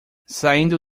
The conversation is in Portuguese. saindo